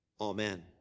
Amen